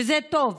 וזה טוב,